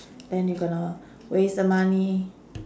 then you gonna waste the money